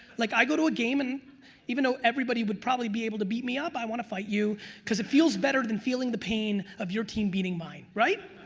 like i go to a game and even though everybody would probably be able to beat me up, i want to fight you because it feels better than feeling the pain of your team beating mine, right?